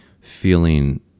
feeling